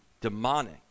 demonic